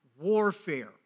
warfare